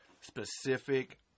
specific